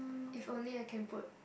if only I can put